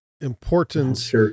Importance